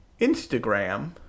Instagram